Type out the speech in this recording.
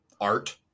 art